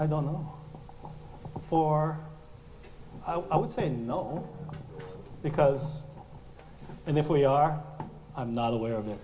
i don't know or i would say no because and if we are i'm not aware of